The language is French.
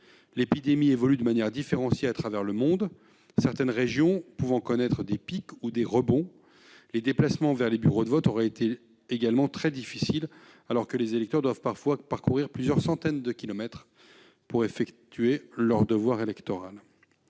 L'épidémie connaît diverses évolutions à travers le monde, certaines régions pouvant connaître des pics ou des rebonds. Les déplacements vers les bureaux de vote se seraient révélés d'autant plus difficiles que les électeurs doivent parfois parcourir plusieurs centaines de kilomètres pour accomplir leur devoir électoral.